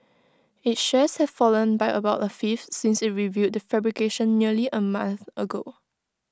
its shares have fallen by about A fifth since IT revealed the fabrication nearly A month ago